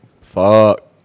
fuck